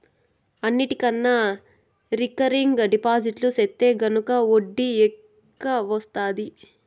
అన్నిటికన్నా recurring deposit సెత్తే గనక ఒడ్డీ ఎక్కవొస్తాది